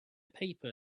paper